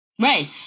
Right